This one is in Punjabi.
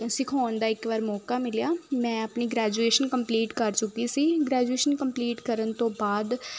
ਸਿਖਾਉਣ ਦਾ ਇੱਕ ਵਾਰ ਮੌਕਾ ਮਿਲਿਆ ਮੈਂ ਆਪਣੀ ਗ੍ਰੈਜੂਏਸ਼ਨ ਕੰਪਲੀਟ ਕਰ ਚੁੱਕੀ ਸੀ ਗ੍ਰੈਜੂਏਸ਼ਨ ਕੰਪਲੀਟ ਕਰਨ ਤੋਂ ਬਾਅਦ